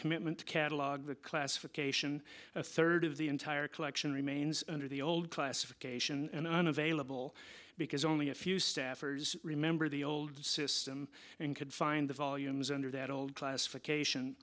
commitment to catalogue the classification a third of the entire collection remains under the old classification and unavailable because only a few staffers remember the old system and could find the volumes under that old classification